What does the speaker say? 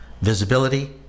visibility